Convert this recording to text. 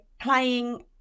playing